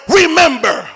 remember